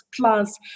plus